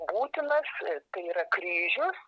būtinas tai yra kryžius